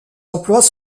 emplois